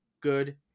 good